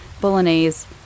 bolognese